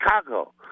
Chicago